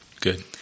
good